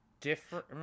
different